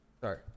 Sorry